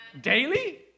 Daily